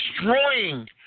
destroying